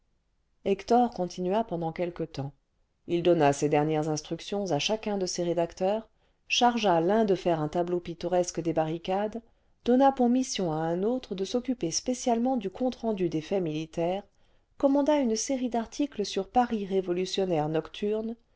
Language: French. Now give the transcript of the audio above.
hector continua pendant quelque temps h donna ses dernières instructions à chacun de ses rédacteurs chargea l'un de faire un tableau pittoresque des barricades donna pour mission à un autre de s'occuper spéciale ci compte rendu des faits militaires commanda une sérié d'articles sur paris révolutionnaire nocturne